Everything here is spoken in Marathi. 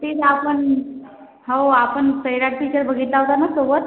तिला पण हो आपण सैराट पिचर बघितला होता ना सोबत